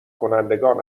کنندگان